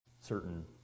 certain